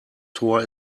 tor